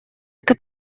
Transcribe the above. это